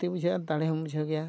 ᱯᱷᱩᱨᱛᱤ ᱵᱩᱦᱟᱹᱜᱼᱟ ᱫᱟᱲᱮ ᱦᱚᱢ ᱵᱩᱡᱷᱟᱹᱣ ᱜᱮᱭᱟ